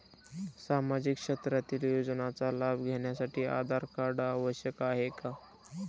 सामाजिक क्षेत्रातील योजनांचा लाभ घेण्यासाठी आधार कार्ड आवश्यक आहे का?